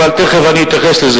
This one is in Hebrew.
אבל תיכף אני אתייחס לזה,